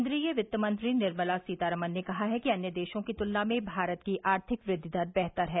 केन्द्रीय क्तिमंत्री निर्मला सीतारमन ने कहा है कि अन्य देशों की तुलना में भारत की आर्थिक वृद्धि दर बेहतर है